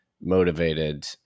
motivated